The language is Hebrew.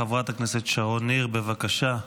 חברת הכנסת שרון ניר, בבקשה.